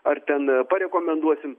ar ten parekomenduosim